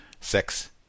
sex